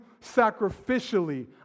sacrificially